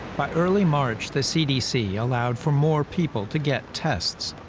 by early march, the cdc allowed for more people to get tests.